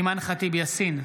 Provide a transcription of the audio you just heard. אימאן ח'טיב יאסין,